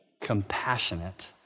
compassionate